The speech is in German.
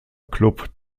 club